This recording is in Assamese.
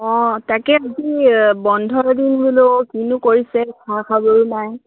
অঁ তাকে কি বন্ধকিদিন বোলো কিনো কৰিছে খা খবৰো নাই